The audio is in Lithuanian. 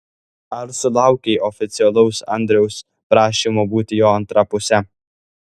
ar sulaukei oficialaus andriaus prašymo būti jo antra puse